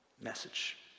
message